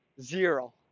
zero